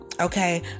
okay